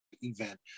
event